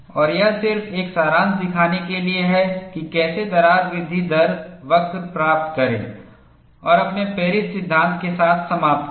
और यह सिर्फ एक सारांश दिखाने के लिए है कि कैसे दरार वृद्धि दर वक्र प्राप्त करें और अपने पेरिस सिद्धांत के साथ समाप्त करें